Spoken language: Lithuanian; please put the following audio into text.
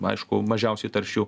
aišku mažiausiai taršių